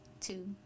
two